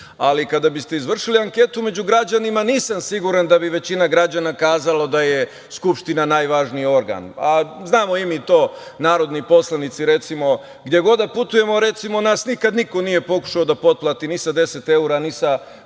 Ali, kada biste izvršili anketu među građanima, nisam siguran da bi većina građana kazalo da je Skupština najvažniji organ. Znamo i mi to, narodni poslanici, recimo, gde god da putujemo, nas niko nikada nije pokušao da potplati ni sa deset evra, ni sa